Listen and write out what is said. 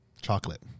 Chocolate